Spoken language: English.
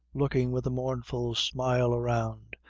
looking with a mournful smile around,